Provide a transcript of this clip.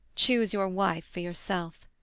choose your wife for yourself.